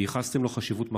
וייחסתם לו חשיבות מכרעת.